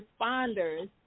responders